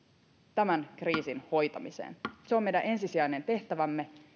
tämän kriisin hoitamiseen se on meidän ensisijainen tehtävämme